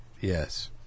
yes